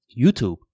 YouTube